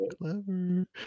Clever